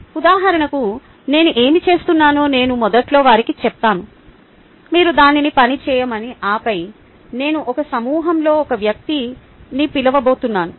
ఉదాహరణకు నేను ఏమి చేస్తున్నానో నేను మొదట్లో వారికి చెప్తాను మీరు దాన్ని పని చేయమని ఆపై నేను ఒక సమూహంలో ఒక వ్యక్తిని పిలవబోతున్నాను